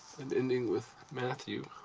and ending with matthew,